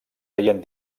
feien